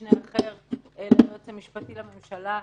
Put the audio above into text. משנה אחר ליועץ המשפטי לממשלה,